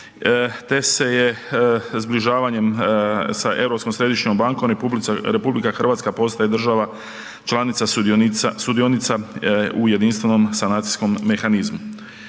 te se je zbližavanjem sa Europskom središnjom bankom RH postaje država članica sudionica u jedinstvenom sanacijskom mehanizmu.